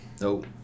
Nope